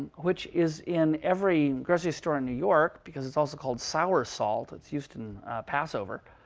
which is in every grocery store in new york, because it's also called sour salt. it's used in passover.